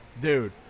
dude